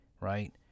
right